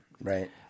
Right